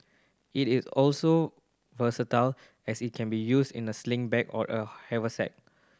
it is also versatile as it can be used in a sling bag or a haversack